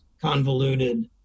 convoluted